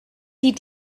sie